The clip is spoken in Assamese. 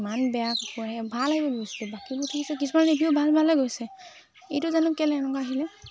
ইমান বেয়া কাপোৰ আহিল ভাল আহিব বুলি ভাবিছিলো বাকীবোৰ ঠিক আছে কিছুমান দেখিছো ভাল ভালে গৈছে এইটো জানো কেলে এনেকুৱা আহিলে